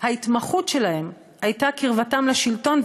ההתמחות שלהם הייתה קרבתם לשלטון,